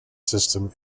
system